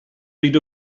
bryd